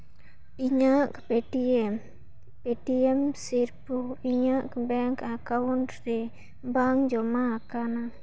ᱤᱧᱟᱹᱜ Paytm Paytm ᱥᱤᱨᱯᱩ ᱤᱧᱟᱹᱜ ᱵᱮᱝᱠ ᱮᱠᱟᱣᱩᱱᱴ ᱨᱮ ᱵᱟᱝ ᱡᱚᱢᱟ ᱟᱠᱟᱱᱟ